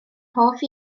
hoff